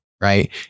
right